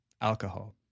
Alcohol